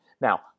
now